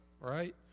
right